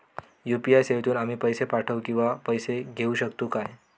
UPI सेवेतून आम्ही पैसे पाठव किंवा पैसे घेऊ शकतू काय?